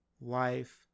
life